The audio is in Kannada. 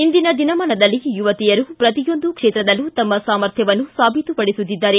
ಇಂದಿನ ದಿನಮಾನದಲ್ಲಿ ಯುವತಿಯರು ಪ್ರತಿಯೊಂದು ಕ್ಷೇತ್ರದಲ್ಲೂ ತಮ್ಮ ಸಾಮರ್ಥ್ಯವನ್ನು ಸಾಬೀತುಪಡಿಸುತ್ತಿದ್ದಾರೆ